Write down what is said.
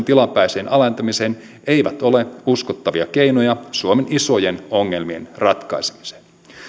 tilapäiseen alentamiseen eivät ole uskottavia keinoja suomen isojen ongelmien ratkaisemiseen